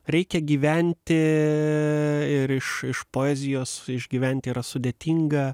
reikia gyventi ir iš iš poezijos išgyventi yra sudėtinga